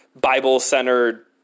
Bible-centered